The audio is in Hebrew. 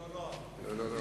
לא, לא.